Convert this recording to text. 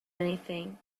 anything